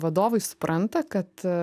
vadovai supranta kad